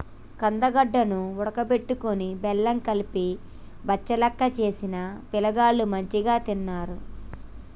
కందగడ్డ ను ఉడుకబెట్టుకొని బెల్లం కలిపి బచ్చలెక్క చేసిన పిలగాండ్లు మంచిగ తిన్నరు